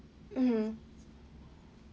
mmhmm